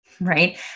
right